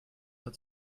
hat